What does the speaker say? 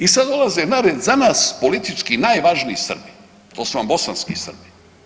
I sada dolaze na red za nas politički najvažniji Srbi, to su vam bosanski Srbi.